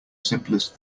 simplest